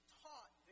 taught